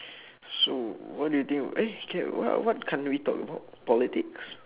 so what do you think of eh can what what can't we talk about politics